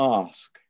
ask